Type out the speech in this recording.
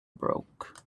broke